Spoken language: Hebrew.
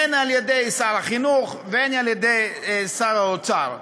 הן על-ידי שר החינוך והן על-ידי שר האוצר.